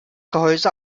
gehäuse